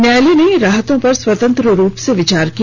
न्यायालय ने राहतों पर स्वतंत्र रूप से विचार किया